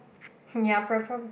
ya prefera~